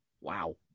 Wow